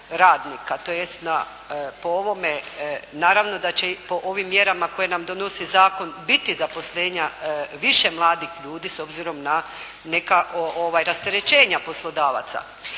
tj. po ovome naravno da će i po ovim mjerama koje nam donosi zakon biti zaposlenja više mladih ljudi s obzirom na neka rasterećenja poslodavaca,